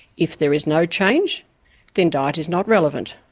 if there is no change then diet is not relevant,